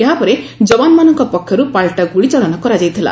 ଏହାପରେ ଯବାନମାନଙ୍କ ପକ୍ଷରୁ ପାଲଟା ଗୁଳି ଚାଳନା କରାଯାଇଥିଲା